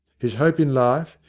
his hope in life,